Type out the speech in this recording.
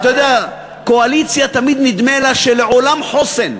אתה יודע, קואליציה, תמיד נדמה לה שלעולם חוסן,